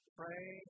pray